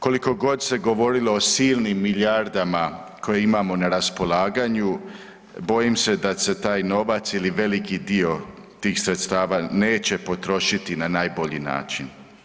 Koliko god se govorilo o silnim milijardama koje imamo na raspolaganju bojim se da se taj novac ili veliki dio tih sredstava neće potrošiti na najbolji način.